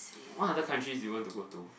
what other countries you want to go to